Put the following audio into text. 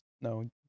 no